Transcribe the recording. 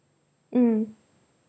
mm